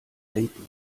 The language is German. denken